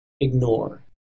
ignore